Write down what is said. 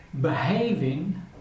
behaving